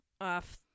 off